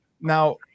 Now